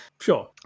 Sure